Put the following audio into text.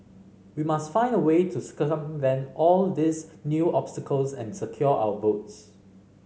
we must find a way to circumvent all these new obstacles and secure our votes